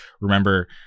remember